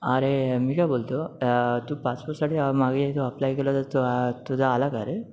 अरे मी काय बोलतो तू पासपोर्टसाठी मागे तो अप्लाय केला तर तो तुझा आला का रे